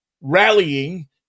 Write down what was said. rallying